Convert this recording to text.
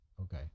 Okay